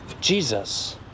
jesus